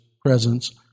presence